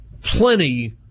plenty